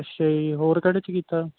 ਅੱਛਾ ਜੀ ਹੋਰ ਕਿਹੜੇ 'ਚ ਕੀਤਾ